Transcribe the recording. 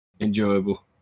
enjoyable